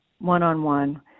one-on-one